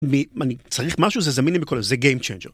אני צריך משהו לזמיני בכל זה, זה Game Changer.